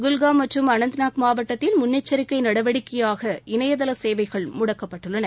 குல்ஹாம் மற்றும் அனந்தநாக் மாவட்டத்தில் முன்னெச்சரிக்கை நடவடிக்கையாக இணையதள சேவைகள் முடக்கப்பட்டுள்ளன